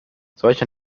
solche